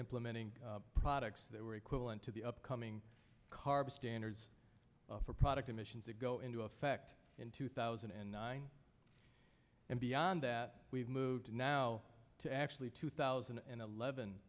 implementing products that were equivalent to the upcoming carbon standards for product emissions to go into effect in two thousand and nine and beyond that we've moved now to actually two thousand and eleven